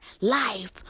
life